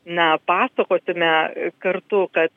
na pasakosime kartu kad